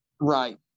Right